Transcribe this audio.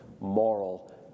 moral